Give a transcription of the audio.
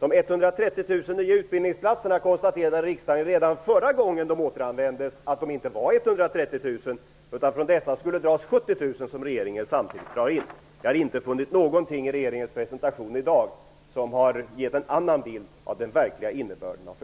Beträffande de 130 00 nya utbildningsplatserna konstaterade riksdagen redan förra gången de återanvändes att de inte var 130 000, utan därifrån skulle dras 70 000 som regeringen samtidigt drar in. Jag har inte funnit någonting i regeringens presentation i dag som ger en annan bild av förslagens verkliga innebörd.